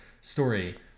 story